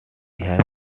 have